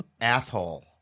asshole